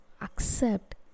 accept